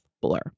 blur